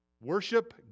Worship